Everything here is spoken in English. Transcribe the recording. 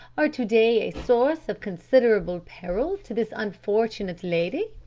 are to-day a source of considerable peril to this unfortunate lady?